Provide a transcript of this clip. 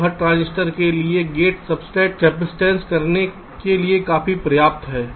तो हर ट्रांजिस्टर के लिए गेट सब्सट्रेट कपसिटंस करने के लिए काफी पर्याप्त है